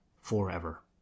forever